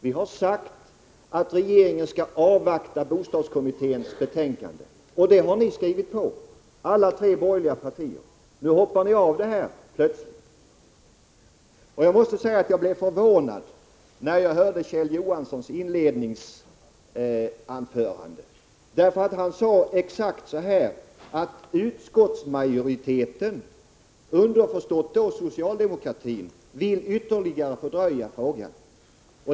Vi har sagt att regeringen skall avvakta bostadskommitténs betänkande, och det utskottsbetänkandet har ni skrivit under från alla tre borgerliga partierna. Nu hoppar ni plötsligt av det. Jag blev förvånad när jag hörde Kjell Johanssons inledningsanförande. Han sade nämligen exakt att utskottsmajoriteten, underförstått socialdemokraterna, vill ytterligare fördröja frågan.